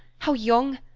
how young,